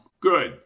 Good